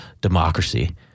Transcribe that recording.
democracy